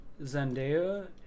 Zendaya